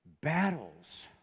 Battles